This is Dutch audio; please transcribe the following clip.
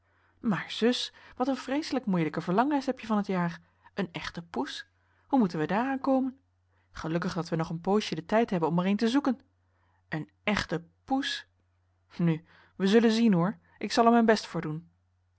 maar zus wat een vreeselijk moeilijke verlanglijst heb je van het henriette van noorden weet je nog wel van toen jaar een echte poes hoe moeten wij daaraan komen gelukkig dat wij nog een poosje den tijd hebben om er een te zoeken een echte poes nu we zullen zien hoor ik zal er mijn best voor doen